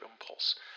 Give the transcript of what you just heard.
impulse